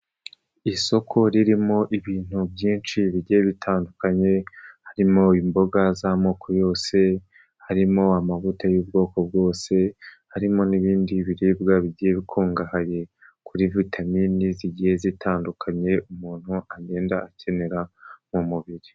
Isoko ririmo ibintu byinshi bigiye bitandukanye, harimo imboga z'amoko yose, harimo amavuta y'ubwoko bwose, harimo n'ibindi biribwa bigiye bikungahaye kuri vitamini zigiye zitandukanye umuntu agenda akenera mu mubiri.